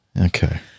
Okay